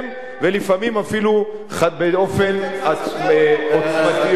ולפעמים אפילו באופן עוצמתי יותר.